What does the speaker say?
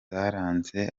zaranze